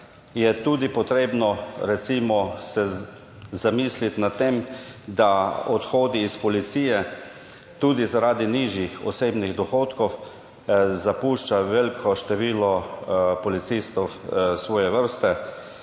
je tudi potrebno recimo se zamisliti nad tem, da odhodi iz policije tudi zaradi nižjih osebnih dohodkov zapušča veliko število policistov svoje vrste.